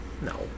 No